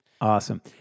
Awesome